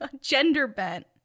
gender-bent